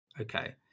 Okay